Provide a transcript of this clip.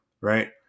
right